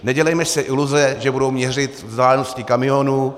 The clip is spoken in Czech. Nedělejme si iluze, že budou měřit vzdálenosti kamionů.